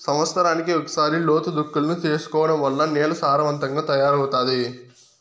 సమత్సరానికి ఒకసారి లోతు దుక్కులను చేసుకోవడం వల్ల నేల సారవంతంగా తయారవుతాది